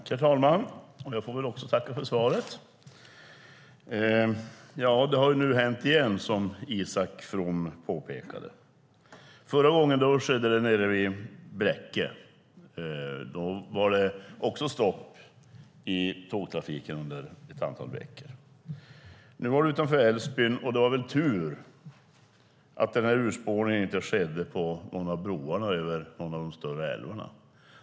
Herr talman! Även jag tackar statsrådet för svaret. Nu har det hänt igen, som Isak From påpekade. Förra gången skedde det vid Bräcke. Då var det stopp i tågtrafiken under ett antal veckor. Denna gång var det utanför Älsvbyn. Det var tur att urspårningen inte skedde på någon av broarna över de stora älvarna.